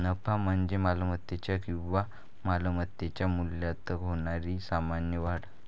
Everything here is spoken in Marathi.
नफा म्हणजे मालमत्तेच्या किंवा मालमत्तेच्या मूल्यात होणारी सामान्य वाढ